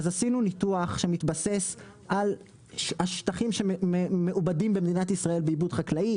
אז עשינו ניתוח שמתבסס על השטחים שמעובדים במדינת ישראל בעיבוד חקלאי,